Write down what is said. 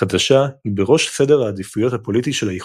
חדשה היא בראש סדר העדיפויות הפוליטי של האיחוד,